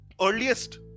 earliest